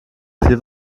viel